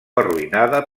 arruïnada